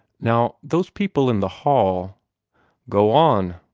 now, those people in the hall go on,